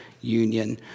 union